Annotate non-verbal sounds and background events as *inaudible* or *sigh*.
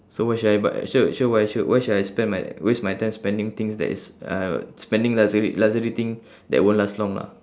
so why should I buy so so why should why should I spend my waste my time spending things that is uh spending luxury luxury thing *breath* that won't last long lah